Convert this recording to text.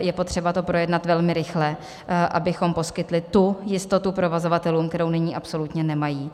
Je potřeba to projednat velmi rychle, abychom poskytli tu jistotu provozovatelům, kterou nyní absolutně nemají.